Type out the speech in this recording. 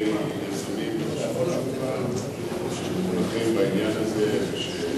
יזמים שפועלים בעניין הזה.